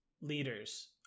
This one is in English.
leaders